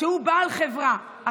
שהוא בעל חברה,